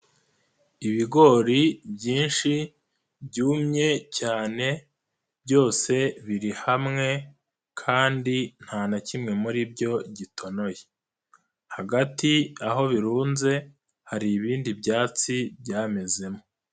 Ibigori byinshi, byumye cyane, byose biri hamwe kandi nta na kimwe muri byo gitonoye. Hagati aho birunze, hari ibindi byatsi byamezemo.